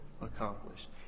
accomplished